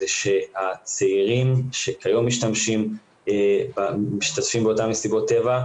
הצעירים שכיום משתמשים באותן מסיבות טבע,